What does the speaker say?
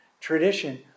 tradition